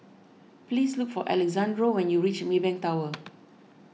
please look for Alexandro when you reach Maybank Tower